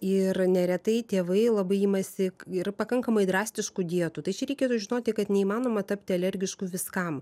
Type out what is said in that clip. ir neretai tėvai labai imasi ir pakankamai drastiškų dietų tai čia reikėtų žinoti kad neįmanoma tapti alergišku viskam